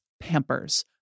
Pampers